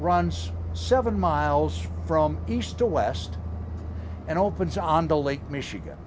runs seven miles from east to west and opens on the lake michigan